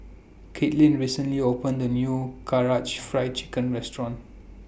Katelynn recently opened A New Karaage Fried Chicken Restaurant